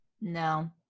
no